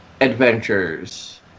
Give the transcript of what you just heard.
adventures